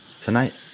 Tonight